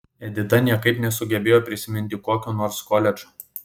edita niekaip nesugebėjo prisiminti kokio nors koledžo